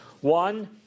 One